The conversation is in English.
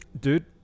Dude